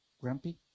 grumpy